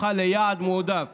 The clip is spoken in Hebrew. הפכה ליעד מועדף